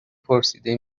پرسیده